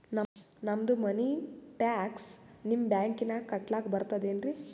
ನಮ್ದು ಮನಿ ಟ್ಯಾಕ್ಸ ನಿಮ್ಮ ಬ್ಯಾಂಕಿನಾಗ ಕಟ್ಲಾಕ ಬರ್ತದೇನ್ರಿ?